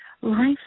Life